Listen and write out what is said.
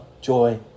joy